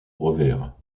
revers